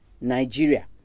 Nigeria